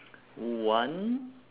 one